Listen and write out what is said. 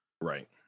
Right